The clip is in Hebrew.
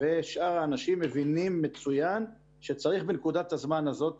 ושאר האנשים מבינים מצוין שצריך בנקודת הזמן הזאת